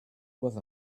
with